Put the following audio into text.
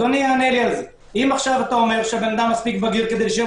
אם אדוני אומר שהוא מספיק בגיר כדי להישאר